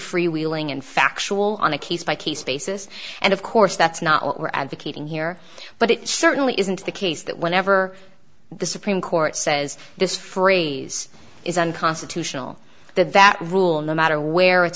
free wheeling and factual on a case by case basis and of course that's not what we're advocating here but it certainly isn't the case that whenever the supreme court says this phrase is unconstitutional that that rule no matter where it's